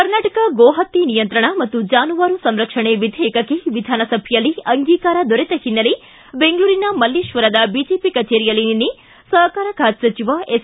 ಕರ್ನಾಟಕ ಗೋಹತ್ತೆ ನಿಯಂತ್ರಣ ಮತ್ತು ಜಾನುವಾರು ಸಂರಕ್ಷಣೆ ವಿಧೇಯಕಕ್ಕೆ ವಿಧಾನಸಭೆಯಲ್ಲಿ ಅಂಗೀಕಾರ ದೊರೆತ ಹಿನ್ನೆಲೆ ಬೆಂಗಳೂರಿನ ಮಲ್ಲೇತ್ವರದ ಬಿಜೆಒ ಕಚೇರಿಯಲ್ಲಿ ನಿನ್ನೆ ಸಹಕಾರ ಖಾತೆ ಸಚಿವ ಎಸ್